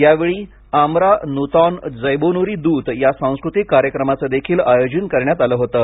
यावेळी आमरा न्तोन जौबोन्री दूत या सांस्कृतिक कार्यक्रमाचंदेखील आयोजन करण्यात आलं होतं